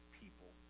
people